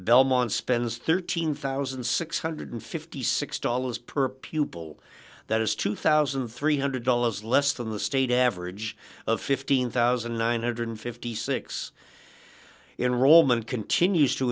belmont spends thirteen thousand six hundred and fifty six dollars per pupil that is two thousand three hundred dollars less than the state average of fifteen thousand nine hundred and fifty six dollars in roman continues to